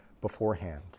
beforehand